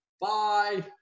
bye